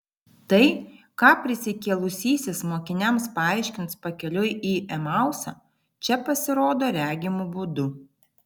tai ką prisikėlusysis mokiniams paaiškins pakeliui į emausą čia pasirodo regimu būdu